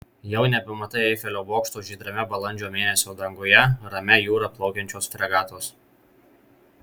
jau nebematai eifelio bokšto žydrame balandžio mėnesio danguje ramia jūra plaukiančios fregatos